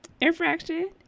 infraction